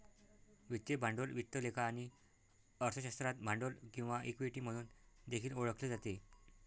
वित्तीय भांडवल वित्त लेखा आणि अर्थशास्त्रात भांडवल किंवा इक्विटी म्हणून देखील ओळखले जाते